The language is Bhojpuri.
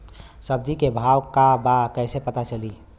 सब्जी के भाव का बा कैसे पता चली?